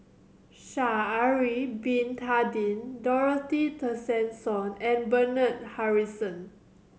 Sha'ari Bin Tadin Dorothy Tessensohn and Bernard Harrison